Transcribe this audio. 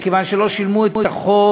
מכיוון שלא שילמו את החוב